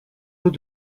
eaux